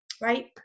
right